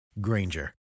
Granger